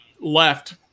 left